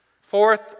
Fourth